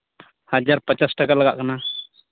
ᱦᱟᱡᱟᱨ ᱯᱚᱪᱟᱥ ᱴᱟᱠᱟ ᱞᱟᱜᱟᱜ ᱠᱟᱱᱟ